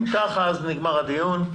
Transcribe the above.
אם כך, נגמר הדיון.